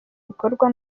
bikorwa